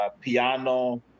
piano